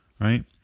right